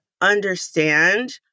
understand